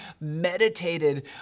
meditated